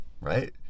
right